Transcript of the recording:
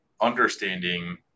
understanding